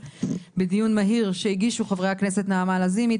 בדיון מהיר שהגישו חברי הכנסת נעמה לזימי,